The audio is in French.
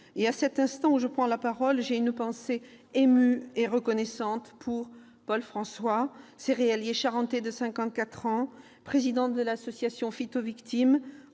et, à cet instant, j'ai une pensée émue et reconnaissante pour Paul François, céréalier charentais de 54 ans, président de l'association Phyto-Victimes,